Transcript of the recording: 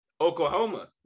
Oklahoma